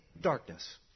darkness